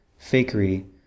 fakery